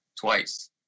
twice